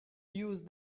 use